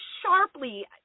sharply –